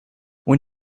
when